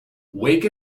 wake